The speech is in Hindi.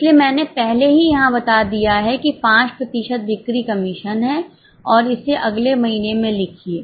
इसलिए मैंने पहले ही यहां बता दिया है कि 5 प्रतिशत बिक्री कमीशन है और इसे अगले महीने में लिखिए